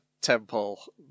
temple